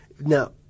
Now